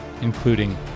including